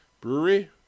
brewery